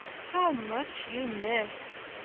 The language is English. how much you miss!